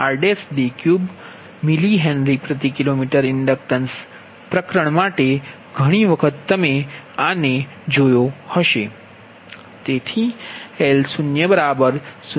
2ln Dn3rD2 mHKm inductance પ્રકરણ માટે ઘણી વખત તમે આને ઘણી વાર જોયો હશે